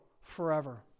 forever